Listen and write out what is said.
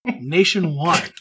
nationwide